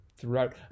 throughout